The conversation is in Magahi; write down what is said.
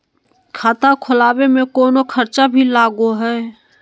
खाता खोलावे में कौनो खर्चा भी लगो है?